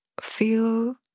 feel